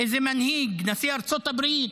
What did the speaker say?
איזה מנהיג, נשיא ארצות הברית,